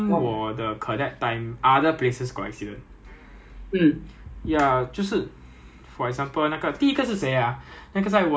那个在在 Australia then after that 他 at at night 他 guide vehicle on top of the vehicle I don't know what he doing then after that 他翻车的那个